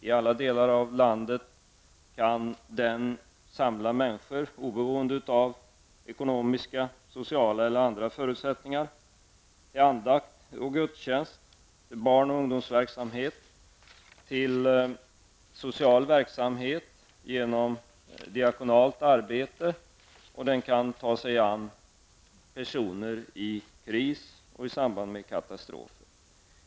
I alla delar av landet kan den samla människor oberoende av ekonomiska, sociala eller andra förutsättningar till andakt och gudstjänst, till barnoch ungdomsverksamhet, till social verksamhet genom diakonalt arbete, och kyrkan kan ta sig an personer i kris och i samband med katastrofer.